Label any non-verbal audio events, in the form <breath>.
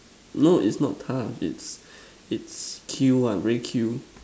no it's not tough it's <breath> it's Q one very Q